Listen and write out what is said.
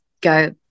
go